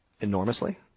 enormously